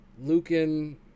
Lucan